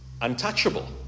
untouchable